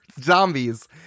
zombies